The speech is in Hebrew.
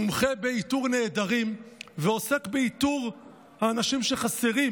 מומחה באיתור נעדרים ועוסק באיתור האנשים שחסרים,